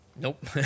Nope